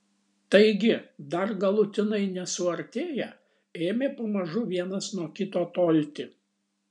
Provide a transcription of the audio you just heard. taigi dar galutinai nesuartėję ėmė pamažu vienas nuo kito tolti